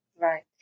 Right